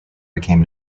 became